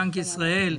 בנק ישראל,